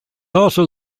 also